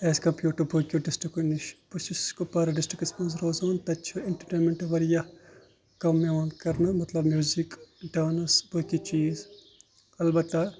as compared to باقیو ڈسٹرکو نِش بہٕ چھُس کوٚپوارا ڈِسٹرکس منٛز روزان تَتہِ چھُ اینٛٹرٹینمینٛٹ واریاہ کَم یِوان کرنہٕ مطلب میٚوٗزِک ڈانٕس باقٕے چیٖز اَلبتہ